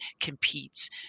competes